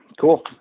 cool